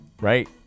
right